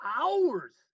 hours